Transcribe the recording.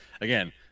Again